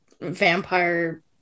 vampire